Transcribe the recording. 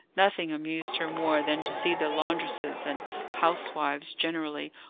nothing amused her more than to see the laundresses and housewives generally,